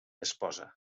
esposa